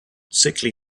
sickly